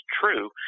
true